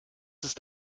ist